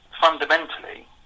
Fundamentally